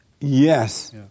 yes